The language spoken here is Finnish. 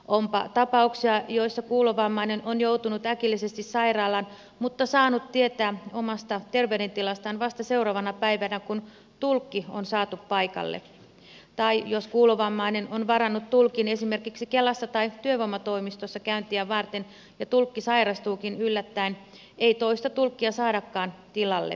onpa tapauksia joissa kuulovammainen on joutunut äkillisesti sairaalaan mutta saanut tietää omasta terveydentilastaan vasta seuraavana päivänä kun tulkki on saatu paikalle tai jos kuulovammainen on varannut tulkin esimerkiksi kelassa tai työvoimatoimistossa käyntiä varten ja tulkki sairastuukin yllättäen ei toista tulkkia saadakaan tilalle